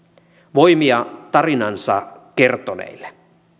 voimia tarinansa kertoneille